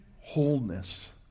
wholeness